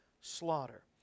Slaughter